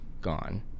gone